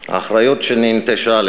האחריות שהמדינה נטשה.